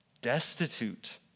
destitute